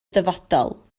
dyfodol